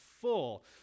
full